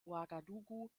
ouagadougou